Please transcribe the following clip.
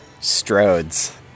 Strodes